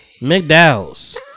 mcdowell's